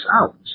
out